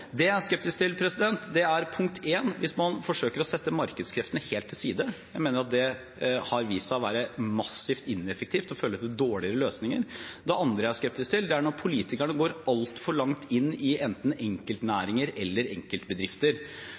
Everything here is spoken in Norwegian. oppunder. Det jeg er skeptisk til, er – punkt én – hvis man forsøker å sette markedskreftene helt til side. Jeg mener at det har vist seg å være massivt ineffektivt og fører til dårligere løsninger. Det andre jeg er skeptisk til, er når politikerne går altfor langt inn i enten enkeltnæringer eller enkeltbedrifter.